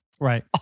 Right